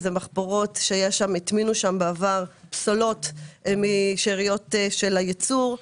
זה מחפורות שהטמינו שם בעבר פסולת משאריות של הייצור.